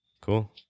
Cool